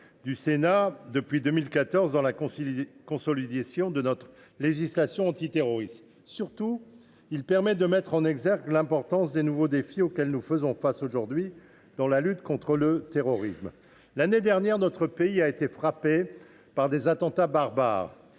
le Sénat depuis 2014 dans la consolidation de notre législation antiterroriste. Il permet surtout de mettre en exergue l’importance des nouveaux défis auxquels nous sommes actuellement confrontés en matière de lutte contre le terrorisme. L’année dernière, notre pays a été frappé par des attentats barbares,